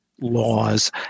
laws